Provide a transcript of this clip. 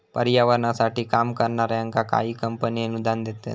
पर्यावरणासाठी काम करणाऱ्यांका काही कंपने अनुदान देतत